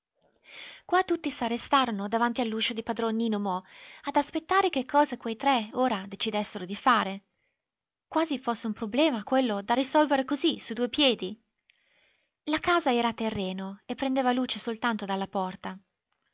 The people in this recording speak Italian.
qua tutti s'arrestarono davanti all'uscio di padron nino mo ad aspettare che cosa quei tre ora decidessero di fare quasi fosse un problema quello da risolvere così su due piedi la casa era a terreno e prendeva luce soltanto dalla porta